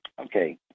Okay